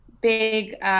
big